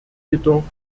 jedoch